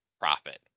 profit